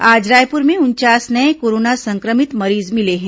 आज रायपुर में उनचास नये कोरोना संक्रमित मरीज मिले हैं